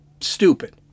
stupid